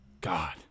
god